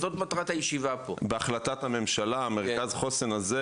יש בקשה ממשרד החינוך שגם דיברו עליהם כאן חברי הכנסת המכובדים,